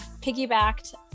piggybacked